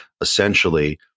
essentially